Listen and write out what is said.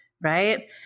right